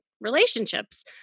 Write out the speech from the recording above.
relationships